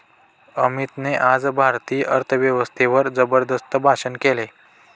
अमितने आज भारतीय अर्थव्यवस्थेवर जबरदस्त भाषण केले